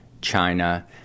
China